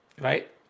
Right